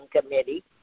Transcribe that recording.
Committee